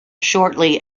shortly